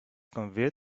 conveyed